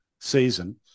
season